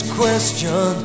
question